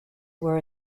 were